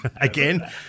again